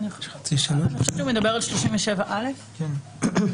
אני חושבת שהוא מדבר על 37א. כן,